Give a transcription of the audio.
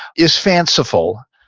is fanciful.